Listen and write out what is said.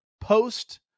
post